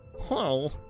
Whoa